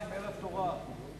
אדוני היושב-ראש, אדוני השר,